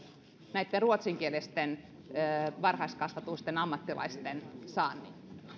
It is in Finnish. näitten ruotsinkielisten varhaiskasvatusammattilaisten saannin